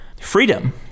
freedom